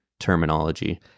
terminology